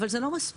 אבל זה לא מספיק,